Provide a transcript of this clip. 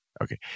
Okay